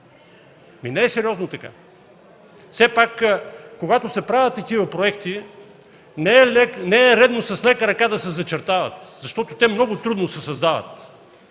Не е сериозно така. Все пак, когато се правят такива проекти, не е редно с лека ръка да се зачертават, защото те много трудно се създават.